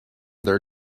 their